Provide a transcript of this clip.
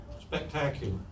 spectacular